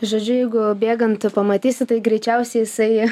žodžiu jeigu bėgant pamatysi tai greičiausiai jisai